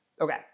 Okay